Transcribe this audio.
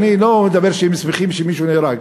אני לא אומר שהם שמחים שמישהו נהרג.